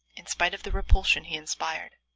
in spite of the repulsion he inspired.